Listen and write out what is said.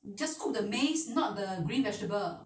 you just called amazed not the green vegetable